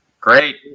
Great